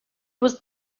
was